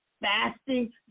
fasting